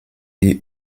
die